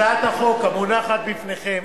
הצעת החוק המונחת בפניכם